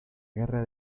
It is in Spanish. guerra